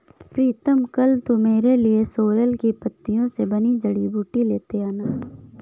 प्रीतम कल तू मेरे लिए सोरेल की पत्तियों से बनी जड़ी बूटी लेते आना